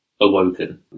awoken